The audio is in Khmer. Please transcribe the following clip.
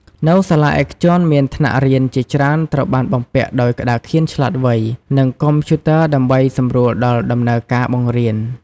នៅសាលាឯកជនមានថ្នាក់រៀនជាច្រើនត្រូវបានបំពាក់ដោយក្តារខៀនឆ្លាតវៃ និងកុំព្យូទ័រដើម្បីសម្រួលដល់ដំណើរការបង្រៀន។